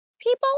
people